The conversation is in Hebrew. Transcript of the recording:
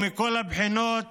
מכל הבחינות